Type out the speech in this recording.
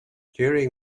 during